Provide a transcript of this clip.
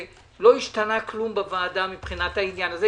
לא השתנה כלום בוועדה מהבחינה הזאת,